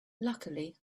luckily